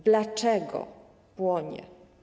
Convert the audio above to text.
Dlaczego płonie?